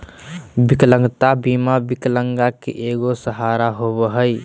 विकलांगता बीमा विकलांग के एगो सहारा होबो हइ